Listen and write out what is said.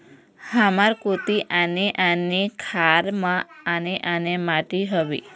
हमर कोती आने आने खार म आने आने माटी हावे?